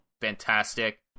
fantastic